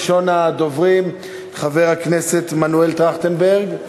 ראשון הדוברים, חבר הכנסת מנואל טרכטנברג,